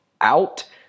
out